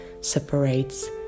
separates